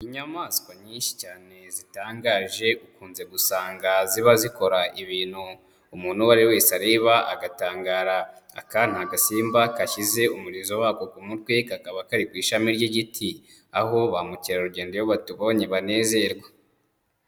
Inyamaswa nyinshi cyane zitangaje ukunze gusanga ziba zikora ibintu umuntu uwo ari we wese areba agatangara, aka ni agasimba kashyize umurizo wako ku mutwe, kakaba kari ku ishami ry'igiti, aho ba mukerarugendo iyo batubonye banezerwa.